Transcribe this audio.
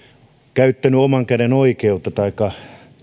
käyttänyt oman käden oikeutta taikka